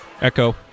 Echo